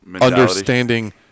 understanding